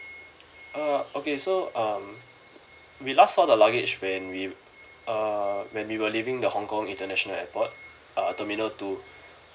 uh okay so um we last saw the luggage when we err when we were leaving the hong kong international airport uh terminal two